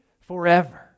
forever